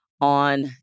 on